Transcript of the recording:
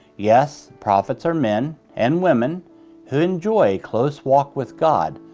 yes, prophets are men and women who enjoy a close walk with god,